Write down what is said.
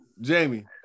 Jamie